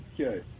Okay